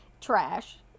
trash